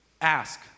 ask